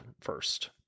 first